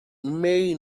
may